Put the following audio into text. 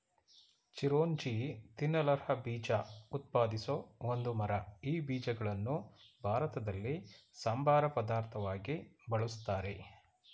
ಚಿರೋಂಜಿ ತಿನ್ನಲರ್ಹ ಬೀಜ ಉತ್ಪಾದಿಸೋ ಒಂದು ಮರ ಈ ಬೀಜಗಳನ್ನು ಭಾರತದಲ್ಲಿ ಸಂಬಾರ ಪದಾರ್ಥವಾಗಿ ಬಳುಸ್ತಾರೆ